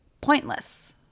pointless